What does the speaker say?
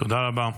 תודה רבה.